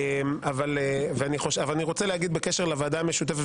אבל אני רוצה להגיד משהו בקשר לוועדה המשותפת.